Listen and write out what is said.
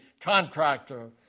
contractor